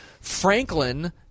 Franklin